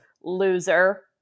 loser